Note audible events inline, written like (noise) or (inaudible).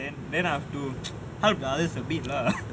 then then I to (noise) help the others a bit lah